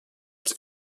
als